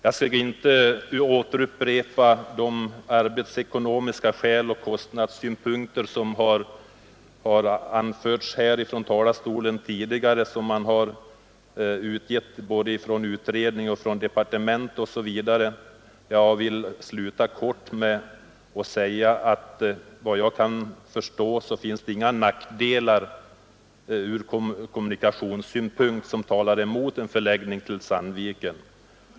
Jag skall inte upprepa de arbetsekonomiska skäl och kostnadssynpunkter som anförts här ifrån talarstolen tidigare och som även framhållits av departementschefen och i utredningar. Jag vill sluta med att säga att såvitt jag kan förstå finns inga nackdelar ur kommunikationssynpunkt som talar emot en förläggning till Sandviken.